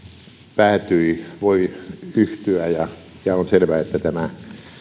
päätyi voi yhtyä ja ja on selvää että tämä